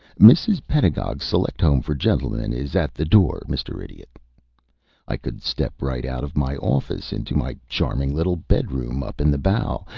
mrs. pedagog's select home for gentlemen is at the door, mr. idiot i could step right out of my office into my charming little bedroom up in the bow,